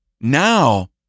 now